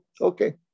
Okay